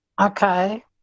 Okay